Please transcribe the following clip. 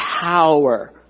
power